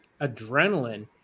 adrenaline